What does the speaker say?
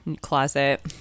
closet